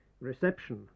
Reception